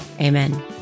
Amen